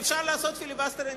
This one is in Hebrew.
אפשר לעשות פיליבסטר ענייני.